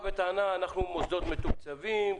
אומרת: אנחנו מוסדות מתוקצבים,